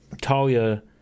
talia